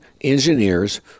engineers